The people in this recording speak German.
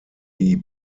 die